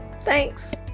Thanks